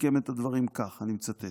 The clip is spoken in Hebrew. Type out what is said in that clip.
סיכם את הדברים כך, אני מצטט: